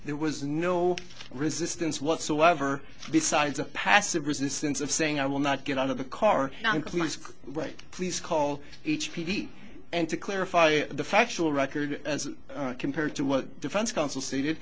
there was no resistance whatsoever besides a passive resistance of saying i will not get out of the car non plussed right please call each p d and to clarify the factual record as compared to what defense counsel stated